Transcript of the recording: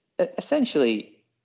essentially